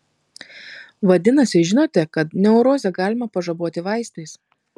vadinasi žinote kad neurozę galima pažaboti vaistais